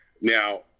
Now